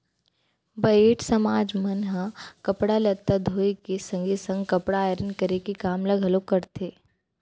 बरेठ समाज मन ह कपड़ा लत्ता धोए के संगे संग कपड़ा आयरन करे के काम ल घलोक करथे